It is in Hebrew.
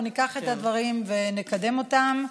אני בהחלט חושבת שניקח את הדברים ונקדם אותם.